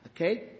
Okay